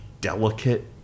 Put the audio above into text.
delicate